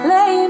Lay